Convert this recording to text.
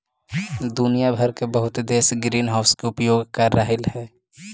दुनिया भर के बहुत देश ग्रीनहाउस के उपयोग कर रहलई हे